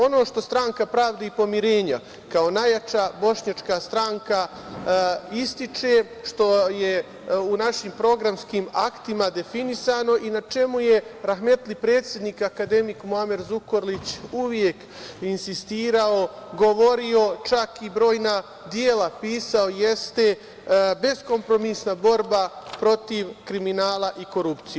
Ono što SPP kao najjača bošnjačka stranka ističe, što je u našim programskim aktima definisano i na čemu je rahmetli predsednik akademik Muamer Zukorlić uvek insistirao, govorio, čak i brojna dela pisao, jeste beskompromisna borba protiv kriminala i korupcije.